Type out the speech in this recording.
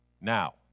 Now